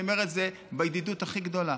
אני אומר את זה בידידות הכי גדולה: